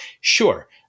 Sure